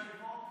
אפשר מפה?